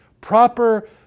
Proper